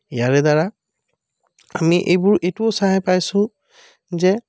ইয়াৰে দ্বাৰা আমি এইবোৰ এইটোও চাই পাইছোঁ যে